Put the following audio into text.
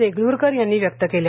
देगलूरकर यांनी व्यक्त केल्या